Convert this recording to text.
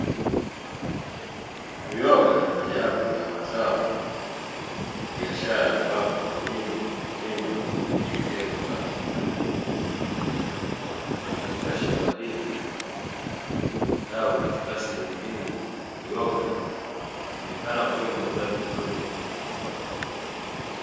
Uyoga ni mojawapo ya mazao ya biashara, ambapo wakulima wakilima na kujiingizia kipato. Katika shamba hili au katika sehemu hii, uyoga huonekana ukiwa umeota vizuri.